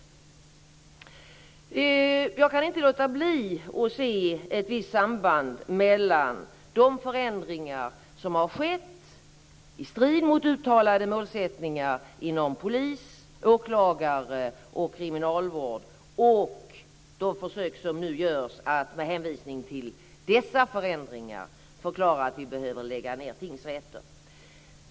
Jag kan inte låta bli att se ett visst samband mellan de förändringar som har skett inom polis, åklagare och kriminalvård i strid mot uttalade målsättningar och de försök som nu görs att, med hänvisning till dessa förändringar, förklara att vi behöver lägga ned tingsrätter.